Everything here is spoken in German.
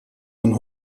man